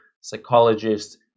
psychologist